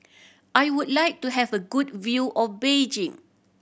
I would like to have a good view of Beijing